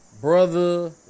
Brother